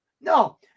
no